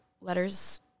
letters